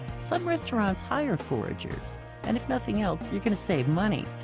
some restaurants hire foragers and if nothing else, you're going to save money.